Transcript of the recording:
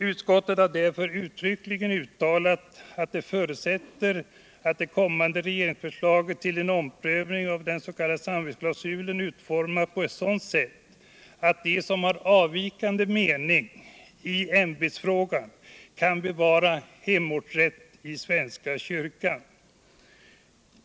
Utskottet har därför uttryckligen uttalat att det förutsätter att det kommande regeringsförslaget till en omprövning av den s.k. samvetsklausulen utformas på ett sådant sätt att de som har en avvikande mening i ämbetsfrågan kan bevara hemortsrätt i svenska kyrkan.